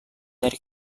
dari